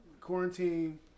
Quarantine